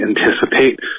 anticipate